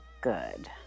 good